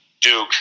Duke